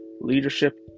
leadership